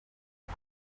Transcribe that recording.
uko